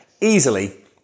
easily